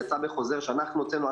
זה יצא בחוזר שאנחנו הוצאנו,